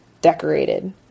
decorated